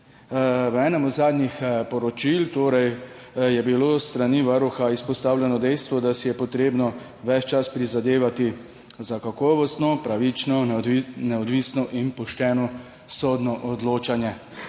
V enem od zadnjih poročil je bilo s strani Varuha izpostavljeno dejstvo, da si je potrebno ves čas prizadevati za kakovostno, pravično, neodvisno in pošteno sodno odločanje.